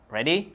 Ready